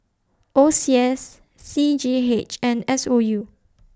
O C S C G H and S O U